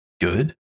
good